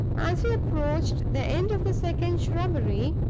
as he approached the end of the second shrubbery,